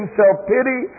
self-pity